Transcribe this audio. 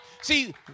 See